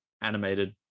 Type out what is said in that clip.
animated